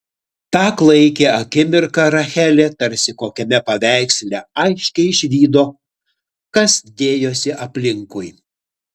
tą klaikią akimirką rachelė tarsi kokiame paveiksle aiškiai išvydo kas dėjosi aplinkui